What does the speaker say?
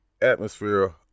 atmosphere